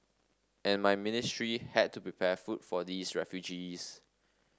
and my ministry had to prepare food for these refugees